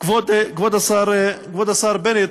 כבוד השר בנט,